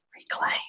reclaim